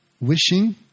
wishing